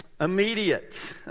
immediate